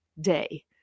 day